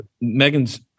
Megan's